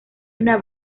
una